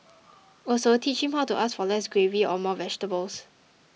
also teach him how to ask for less gravy or more vegetables